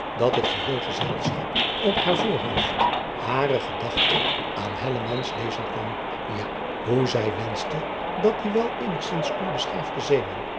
dat het geheel gezelschap op haar voorhoofd hare gedachte aan lezen kon ja hoe zij wenschte dat die wel eenigzins onbeschaafde zeeman